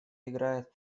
играет